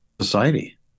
society